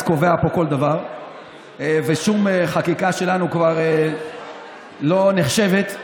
קובע פה כל דבר ושום חקיקה שלנו כבר לא נחשבת.